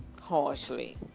harshly